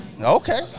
Okay